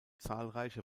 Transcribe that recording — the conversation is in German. zahlreiche